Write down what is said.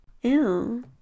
Ew